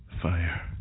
fire